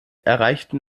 erreichten